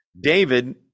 David